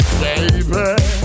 baby